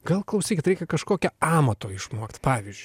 gal klausykit reikia kažkokią amato išmokt pavyzdžiui